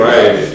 Right